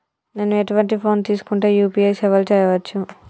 నేను ఎటువంటి ఫోన్ తీసుకుంటే యూ.పీ.ఐ సేవలు చేయవచ్చు?